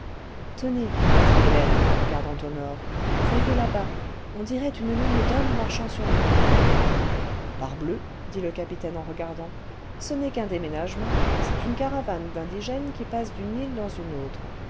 tenez dit hélène en regardant au nord voyez là-bas on dirait nue ligne d'hommes marchant sur la mer echouage en polynesie parbleu dit le capitaine en regardant ce n'est qu'un déménagement c'est une caravane d'indigènes qui passe d'une île dans une autre